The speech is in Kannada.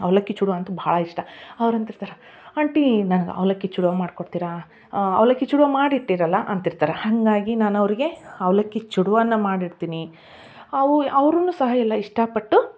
ಅವಲಕ್ಕಿ ಚೂಡ್ವ ಅಂತೂ ಭಾಳ ಇಷ್ಟ ಅವ್ರು ಅಂತಿರ್ತಾರೆ ಆಂಟಿ ನನ್ಗೆ ಅವಲಕ್ಕಿ ಚೂಡ್ವ ಮಾಡ್ಕೊಡ್ತೀರಾ ಅವಲಕ್ಕಿ ಚೂಡ್ವ ಮಾಡಿ ಇಟ್ಟಿರೋಲ್ಲ ಅಂತಿರ್ತಾರೆ ಹಾಗಾಗಿ ನಾನು ಅವರಿಗೆ ಅವಲಕ್ಕಿ ಚೂಡ್ವನ ಮಾಡಿ ಇಡ್ತೀನಿ ಅವು ಅವ್ರೂ ಸಹ ಎಲ್ಲ ಇಷ್ಟಪಟ್ಟೆವು